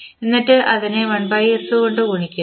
എന്നിട്ട് അതിനെ 1s കൊണ്ട് ഗുണിക്കുന്നു